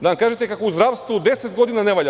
Da nam kažete kako u zdravstvu10 godina ne valja?